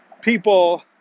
people